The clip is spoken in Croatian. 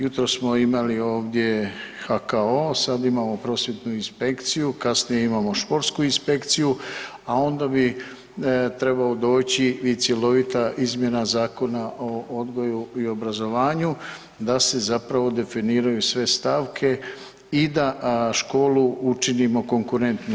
Jutros smo imali ovdje HKO, sad imamo prosvjetnu inspekciju, kasnije imamo športsku inspekciju, a onda bi trebao doći i cjelovita izmjena Zakona o odgoju i obrazovanju, da se zapravo definiraju sve stavke i da školu učinimo konkurentnu.